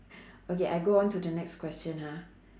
okay I go on to the next question ha